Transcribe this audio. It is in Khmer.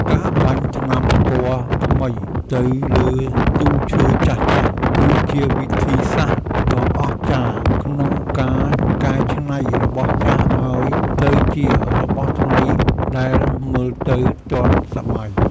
ការបាញ់ថ្នាំពណ៌ថ្មីទៅលើទូឈើចាស់ៗ គឺជាវិធីសាស្ត្រដ៏អស្ចារ្យក្នុងការកែច្នៃរបស់ចាស់ឱ្យទៅជារបស់ថ្មីដែលមើលទៅទាន់សម័យ។